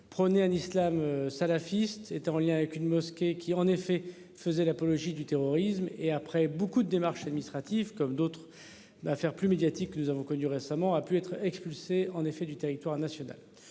prônait un islam salafiste. Il était en lien avec une mosquée où était faite l'apologie du terrorisme. Après de nombreuses démarches administratives, comme dans d'autres affaires plus médiatiques que nous avons connues récemment, il a pu être expulsé du territoire national.